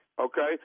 Okay